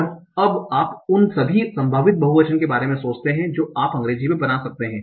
और अब आप उन सभी संभावित बहुवचन के बारे में सोचते हैं जो आप अंग्रेजी में बना सकते हैं